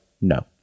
no